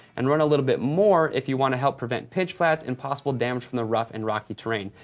and run a little bit more if you want to help prevent pitch flats and possible damage from the rough and rocky terrain.